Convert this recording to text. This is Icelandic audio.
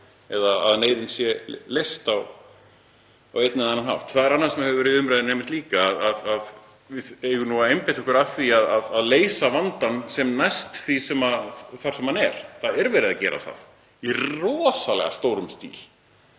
eða að neyðin sé leyst á einn eða annan hátt. Það hefur líka verið í umræðunni að við eigum að einbeita okkur að því að leysa vandann sem næst því þar sem hann er. Það er verið að gera það í rosalega stórum stíl.